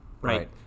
right